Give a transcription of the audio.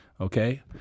Okay